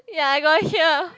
ya I got hear